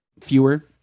fewer